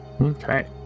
Okay